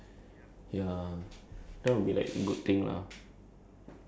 if you are to clean the aircon or something imagine if you are small so you are